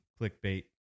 clickbait